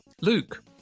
Luke